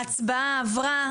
ההצבעה עברה.